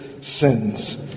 sins